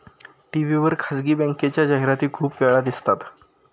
TV वर खासगी बँकेच्या जाहिराती खूप वेळा दिसतात